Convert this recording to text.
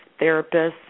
therapists